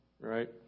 right